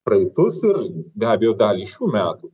praeitus ir be abejo dalį šių metų